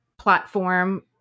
platform